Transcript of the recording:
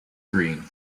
green